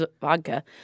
vodka